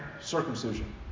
circumcision